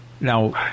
Now